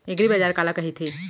एगरीबाजार काला कहिथे?